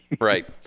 right